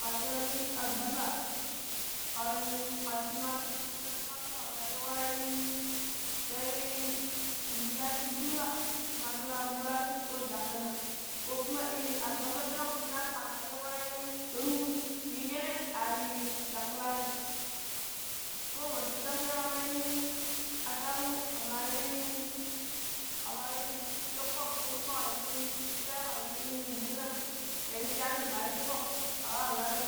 Kira iya lu albasa ƙan tumaata shinna tumaatur keman liiƙo ta-i-i tai ti pidi shinshi ɗuula tumaatur ar buraanun ko nɗakkileam ko kuma ii albasa aɓilang shinnaani ke maa liƙo ta-i-ta ruubi ta yu shene arii ɗaƙƙilaanim ko ma tattase ƙamai ataaruɓu ƙemai ƙemai shoƙƙo ko kuma ƙenii shippujo a yei ken liina ta icaani ma icciƙo ƙira wa lwaani